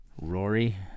Rory